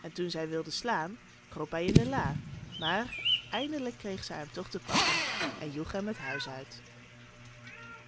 en toen zij wilde slaan kroop hij in de laâ maar eindelijk kreeg zij hem toch te pakken en joeg hem het huis uit